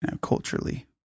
culturally